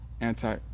anti